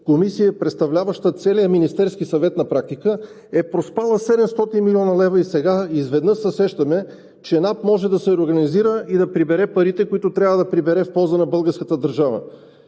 комисия, представляваща на практика целия Министерски съвет, е проспала 700 млн. лв. и сега изведнъж се сещаме, че НАП може да се организира и да прибере парите, които трябва да прибере в полза на българската държава.